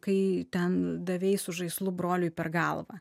kai ten davei su žaislu broliui per galvą